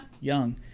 young